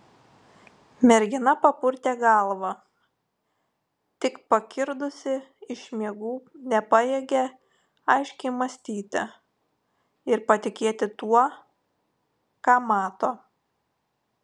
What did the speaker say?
mergina papurtė galvą tik pakirdusi iš miegų nepajėgė aiškiai mąstyti ir patikėti tuo ką mato